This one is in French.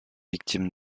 victimes